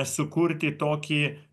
sukurti tokį